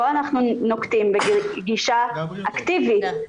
פה אנחנו נוקטים בגישה אקטיבית,